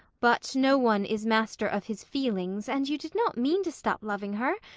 but no one is master of his feelings, and you did not mean to stop loving her.